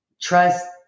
trust